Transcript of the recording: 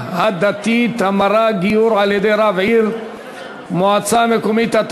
הדתית (המרה) (גיור על-ידי רב עיר ומועצה מקומית),